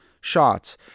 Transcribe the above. shots